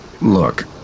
Look